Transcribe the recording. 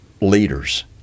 leaders